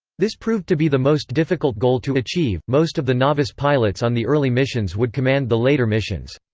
this proved to be the most difficult goal to achieve most of the novice pilots on the early missions would command the later missions.